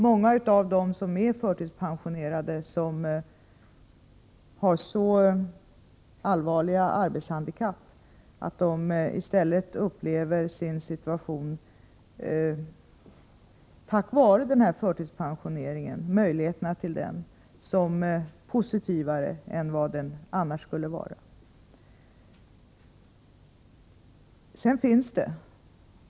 Många av dem som är förtidspensionerade har så allvarliga arbetshandikapp att de i stället tack vare förtidspensioneringen upplever sin situation som positivare än vad den annars skulle ha varit.